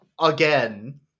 Again